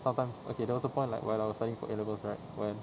sometimes okay there was a point like when I was studying for A levels right when